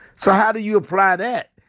so how do you apply that?